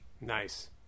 nice